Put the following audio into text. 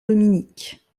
dominique